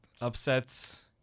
upsets